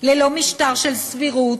ללא משטר של סבירות,